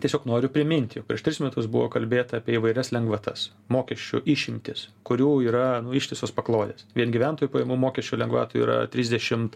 tiesiog noriu priminti prieš tris metus buvo kalbėta apie įvairias lengvatas mokesčių išimtis kurių yra ištisos paklodės vien gyventojų pajamų mokesčio lengvatų yra trisdešimt